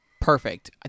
perfect